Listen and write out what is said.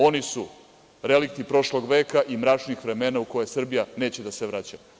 Oni su relikti prošlog veka i mračnih vremena u koje Srbija neće da se vraća.